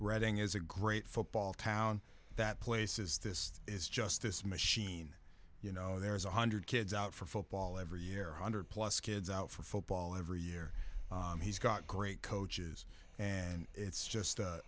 reading is a great football town that places this is just this machine you know there's one hundred kids out for football every year hundred plus kids out for football every year he's got great coaches and it's just